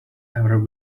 ever